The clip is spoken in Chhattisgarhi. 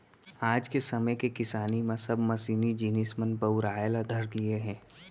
आज के समे के किसानी म सब मसीनी जिनिस मन बउराय ल धर लिये हें